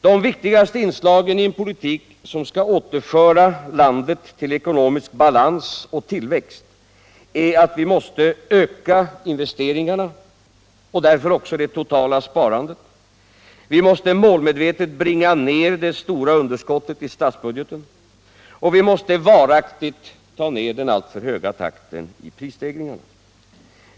De viktigaste inslagen i en politik som skall återföra landet till ekonomisk balans och tillväxt är att vi måste öka investeringarna och därför också det totala sparandet, målmedvetet bringa ner det stora underskottet i statsbudgeten och varaktigt ta ner den alltför höga takten i prisstegringarna.